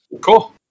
cool